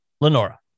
Lenora